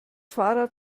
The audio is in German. fahrrad